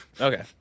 okay